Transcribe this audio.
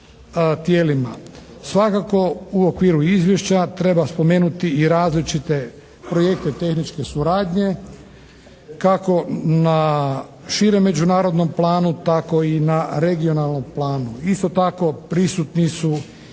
Svakako u okviru izvješća treba spomenuti i različite projekte tehničke suradnje kako na širem međunarodnom planu tako i na regionalnom planu. Isto tako prisutni su i